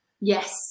yes